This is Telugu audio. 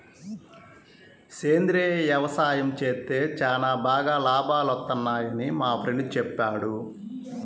సేంద్రియ యవసాయం చేత్తే చానా బాగా లాభాలొత్తన్నయ్యని మా ఫ్రెండు చెప్పాడు